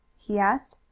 he asked.